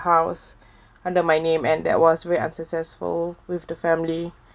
house under my name and that was very unsuccessful with the family